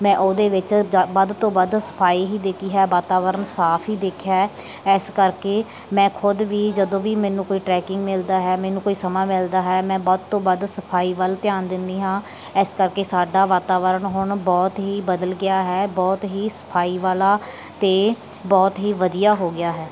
ਮੈਂ ਉਹਦੇ ਵਿੱਚ ਜ ਵੱਧ ਤੋਂ ਵੱਧ ਸਫਾਈ ਹੀ ਦੇਖੀ ਹੈ ਵਾਤਾਵਰਨ ਸਾਫ ਹੀ ਦੇਖਿਆ ਹੈ ਇਸ ਕਰਕੇ ਮੈਂ ਖੁਦ ਵੀ ਜਦੋਂ ਵੀ ਮੈਨੂੰ ਕੋਈ ਟਰੈਕਿੰਗ ਮਿਲਦਾ ਹੈ ਮੈਨੂੰ ਕੋਈ ਸਮਾਂ ਮਿਲਦਾ ਹੈ ਮੈਂ ਵੱਧ ਤੋਂ ਵੱਧ ਸਫਾਈ ਵੱਲ ਧਿਆਨ ਦਿੰਦੀ ਹਾਂ ਇਸ ਕਰਕੇ ਸਾਡਾ ਵਾਤਾਵਰਣ ਹੁਣ ਬਹੁਤ ਹੀ ਬਦਲ ਗਿਆ ਹੈ ਬਹੁਤ ਹੀ ਸਫਾਈ ਵਾਲਾ ਅਤੇ ਬਹੁਤ ਹੀ ਵਧੀਆ ਹੋ ਗਿਆ ਹੈ